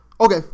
Okay